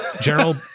general